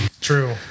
True